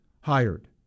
hired